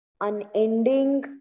unending